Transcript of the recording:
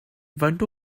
faint